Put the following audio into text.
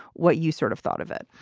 what you sort of thought of it?